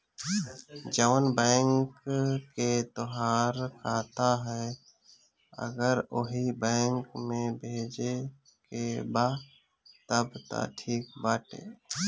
जवना बैंक के तोहार खाता ह अगर ओही बैंक में भेजे के बा तब त ठीक बाटे